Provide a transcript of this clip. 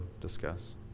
discuss